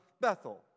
Bethel